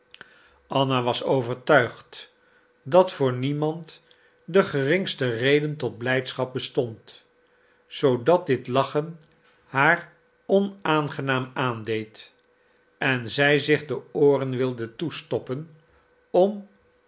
anna was overtuigd dat voor niemand de geringste reden tot blijdschap bestond zoodat dit lachen haar onaangenaam aandeed en zij zich de ooren wilde toestoppen om